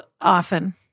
often